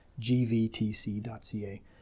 gvtc.ca